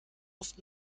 oft